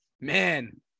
man